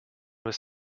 was